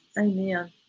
Amen